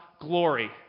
glory